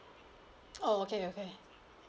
oh okay okay